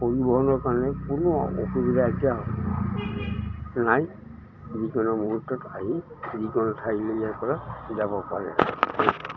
পৰিবহণৰ কাৰণে কোনো অসুবিধা এতিয়া নাই যিকোনো মুহূৰ্তত আহি যিকোনো ঠাইলৈ ইয়াৰপৰা যাব পাৰে